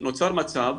נוצר מצב